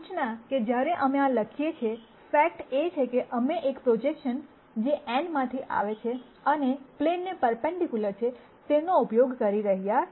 સૂચના કે જ્યારે અમે આ લખીયે છે ફેક્ટ એ છે કે અમે એક પ્રોજેક્શન જે n માંથી આવે છે અને પ્લેન ને પર્પન્ડિક્યુલર છે તેનો ઉપયોગ કરી રહ્યા છે